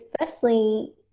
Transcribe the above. firstly